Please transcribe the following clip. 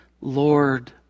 Lord